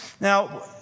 Now